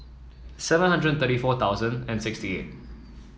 seven hundred and thirty four thousand and sixty eight